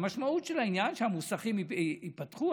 המשמעות של העניין היא שהמוסכים ייפתחו.